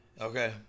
Okay